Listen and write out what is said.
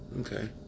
Okay